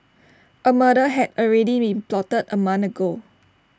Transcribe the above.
A murder had already been plotted A month ago